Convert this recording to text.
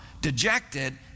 dejected